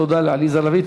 תודה לעליזה לביא,